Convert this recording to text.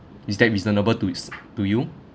is that reasonable to s~ to you